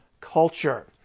culture